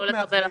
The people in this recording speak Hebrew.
לא לקבל החלטות.